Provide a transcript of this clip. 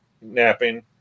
napping